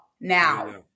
now